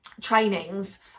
trainings